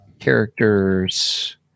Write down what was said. characters